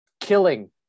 killing